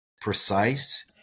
precise